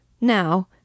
Now